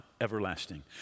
everlasting